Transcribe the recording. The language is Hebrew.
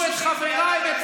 פה מישהו שהצביע בעד הנסיגה?